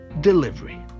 Delivery